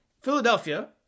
Philadelphia